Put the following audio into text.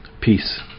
Peace